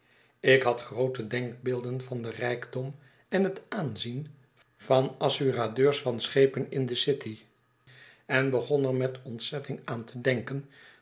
ik had groote denkbeelden van den rijkdom en het aanzien van assuradeurs van schepen in de city en begon er met ontzetting aan te denken